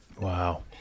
Wow